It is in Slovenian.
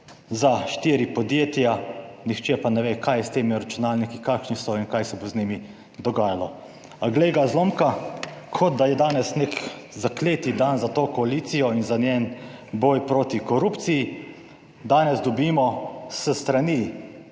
za štiri podjetja, nihče pa ne ve kaj je s temi računalniki, kakšni so in kaj se bo z njimi dogajalo. A glej ga zlomka, kot da je danes nek zakleti dan za to koalicijo in za njen boj proti korupciji. Danes dobimo s strani